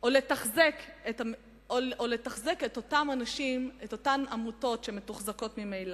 או לתחזק את אותן עמותות שמתוחזקות ממילא.